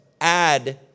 add